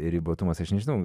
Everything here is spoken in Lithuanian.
ribotumas aš nežinau